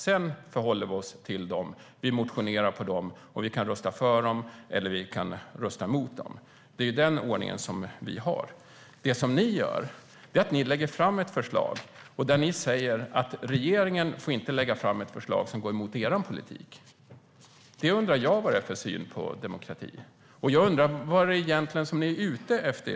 Sedan förhåller vi oss till dem, väcker motioner och röstar för dem eller röstar mot dem. Det är den ordningen vi har. Ni lägger fram ett förslag där ni säger att regeringen inte får lägga fram ett förslag som går emot er politik. Jag undrar vad det är för syn på demokrati. Vad är ni egentligen ute efter?